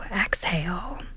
exhale